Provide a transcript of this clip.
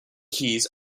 keys